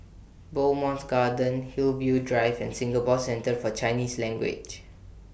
Bowmont Gardens Hillview Drive and Singapore Centre For Chinese Language